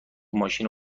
ماشین